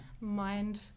mind